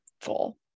full